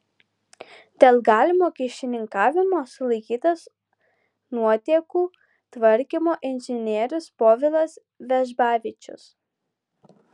dėl galimo kyšininkavimo sulaikytas nuotėkų tvarkymo inžinierius povilas vežbavičius